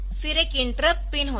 फिर एक interrupt pin होता है